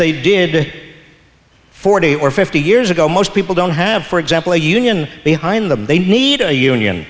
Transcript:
they did forty or fifty years ago most people don't have for example a union behind them they need a union